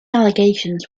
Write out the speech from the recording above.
allegations